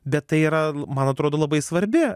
bet tai yra man atrodo labai svarbi